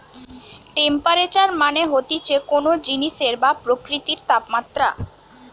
temperature মানে হতিছে কোন জিনিসের বা প্রকৃতির তাপমাত্রা